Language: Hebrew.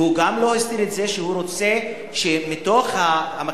והוא גם לא הסתיר את זה שהוא רוצה שבתוך מקצוע